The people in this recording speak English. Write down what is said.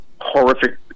horrific